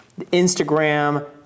Instagram